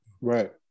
right